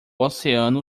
oceano